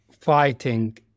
fighting